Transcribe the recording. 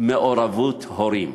מעורבות הורים.